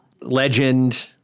legend